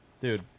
Dude